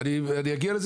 אגיע לזה,